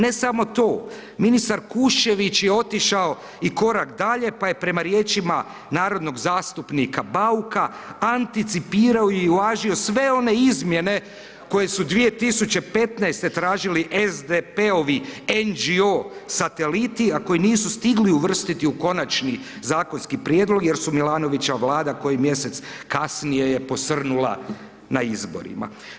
Ne samo to, ministar Kuščević je otišao i korak dalje pa je prema riječima narodnog zastupnika Bauka, anticipirao i uvažio sve one izmjene koje su 2015.-te tražili SDP-ovi NGO sateliti, a koji nisu stigli uvrstiti u Konačni zakonski prijedlog jer su Milanovićeva Vlada koji mjesec kasnije je posrnula na izborima.